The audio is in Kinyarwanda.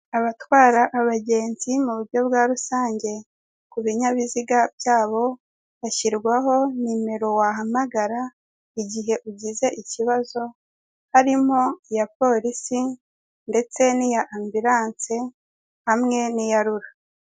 Abatwara abagenzi mu buryo bwa rusange ibinyabiziga byabo hashyirwaho nimero wahamagara igihe ugize ikibazo harimo iya polisi, ndetse niy'ambiranse hamwe n'iya rura